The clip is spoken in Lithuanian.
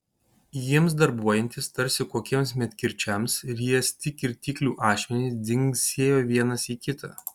jiems darbuojantis tarsi kokiems medkirčiams riesti kirtiklių ašmenys dzingsėjo vienas į kitą